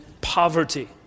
poverty